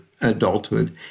adulthood